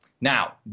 Now